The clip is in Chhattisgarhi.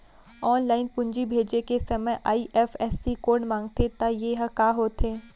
ऑनलाइन पूंजी भेजे के समय आई.एफ.एस.सी कोड माँगथे त ये ह का होथे?